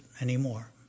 anymore